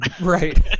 Right